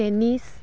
tennis